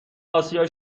اسیا